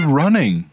running